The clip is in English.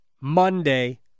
Monday